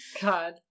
God